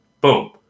Boom